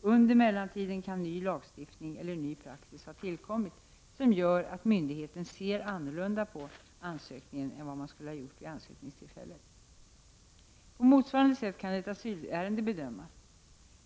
Under mellantiden kan ny lagstiftning eller ny praxis ha tillkommit som gör att myndigheten ser annorlunda på ansökningen än vad man skulle ha gjort vid ansökningstillfället. På motsvarande sätt skall ett asylärende bedömas.